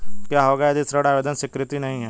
क्या होगा यदि ऋण आवेदन स्वीकृत नहीं है?